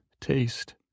taste